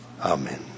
Amen